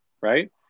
right